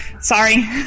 Sorry